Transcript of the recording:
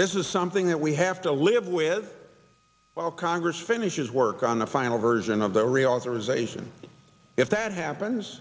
this is something that we have to live with while congress finishes work on the final version of the reauthorization if that happens